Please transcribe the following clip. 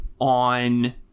on